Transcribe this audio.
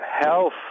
health